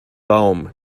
baum